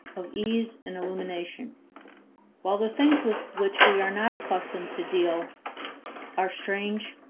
of ease and illumination while the things with which we are not accustomed to deal are strange,